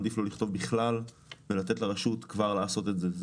עדיף לא לכתוב בכלל ולתת לרשות כבר לעשות את זה.